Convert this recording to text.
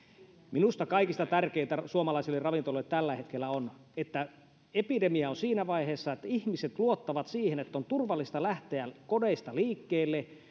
minusta kaikista tärkeintä suomalaisille ravintoloille tällä hetkellä on että epidemia on siinä vaiheessa että ihmiset luottavat siihen että on turvallista lähteä kodeista liikkeelle